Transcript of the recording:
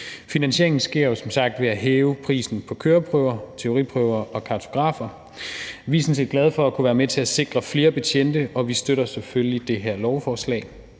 Finansieringen sker som sagt ved at hæve prisen på køreprøver, teoriprøver og takografer. Vi er sådan set glade for at kunne være med til at sikre flere betjente, og vi støtter selvfølgelig det her lovforslag.